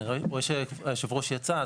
אני רואה שיושב הראש יצא,